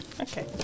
Okay